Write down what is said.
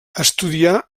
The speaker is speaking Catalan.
estudià